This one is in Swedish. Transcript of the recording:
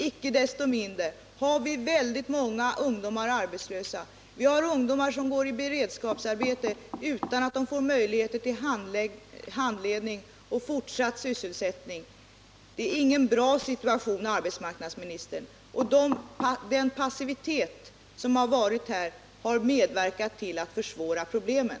Icke desto mindre går väldigt många ungdomar arbetslösa, och vi har ungdomar i beredskapsarbeten utan möjlighet till handledning och fortsatt sysselsättning. Det är ingen bra situation, arbetsmarknadsministern, och passiviteten på det här området har medverkat till att försvåra problemen.